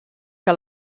que